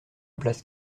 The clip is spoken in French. place